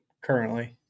currently